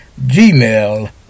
gmail